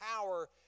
power